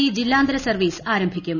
ന് ജില്ലാന്തര സർവ്വീസ് ആരംഭിക്കും